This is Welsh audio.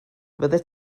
fyddet